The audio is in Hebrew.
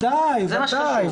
ודאי.